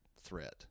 threat